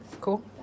Cool